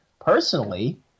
personally